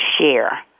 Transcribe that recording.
share